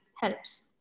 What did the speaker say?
helps